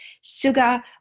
sugar